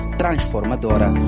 transformadora